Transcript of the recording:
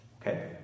Okay